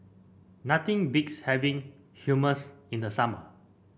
nothing beats having Hummus in the summer